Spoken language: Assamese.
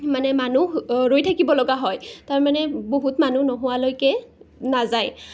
মানে মানুহ ৰৈ থাকিব লগা হয় তাৰমানে বহুত মানুহ নোহোৱালৈকে নাযায়